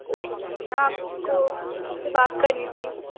okay ma'am میں آپ کو آپ سے بات کرنی تھی